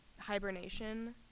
hibernation